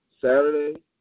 Saturday